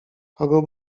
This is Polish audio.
kogo